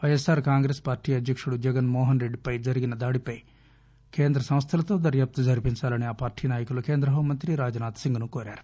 పైఎస్ R Congress party అధ్యకుడు జగస్ మోహస్రెడ్డిపై జరిగిన దాడిపై కేంద్ర సంస్లలతో దర్యాప్తు జరిపించాలని ఆ పార్టీ నాయకులు కేంద్ర హోంమంత్రి రాజ్నాథ్ సింగ్ను కోరారు